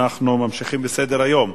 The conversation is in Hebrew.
אנחנו ממשיכים בסדר-היום.